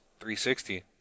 360